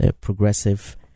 progressive